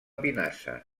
pinassa